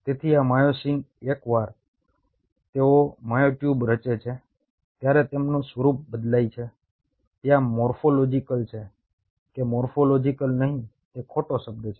તેથી આ માયોસિન એકવાર તેઓ મ્યોટ્યુબ રચે છે ત્યારે તેમનું સ્વરૂપ બદલાય છે ત્યાં મોર્ફોલોજિકલ છે કે મોર્ફોલોજિકલ નહીં તે ખોટો શબ્દ છે